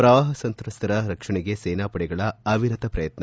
ಪ್ರವಾಹ ಸಂತ್ರಸ್ತರ ರಕ್ಷಣೆಗೆ ಸೇನಾ ಪಡೆಗಳ ಅವಿರತ ಪ್ರಯತ್ನ